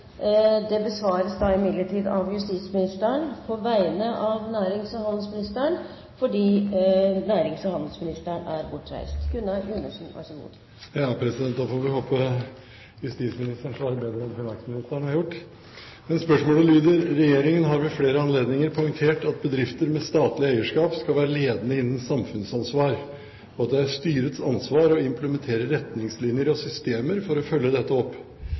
av justisministeren på vegne av nærings- og handelsministeren, som er bortreist. Da får vi håpe justisministeren svarer bedre enn finansministeren har gjort. Spørsmålet lyder: «Regjeringen har ved flere anledninger poengtert at bedrifter med statlig eierskap skal være ledende innen samfunnsansvar, og at det er styrets ansvar å implementere retningslinjer og systemer for å følge dette opp.